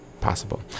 possible